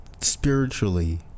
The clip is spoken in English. spiritually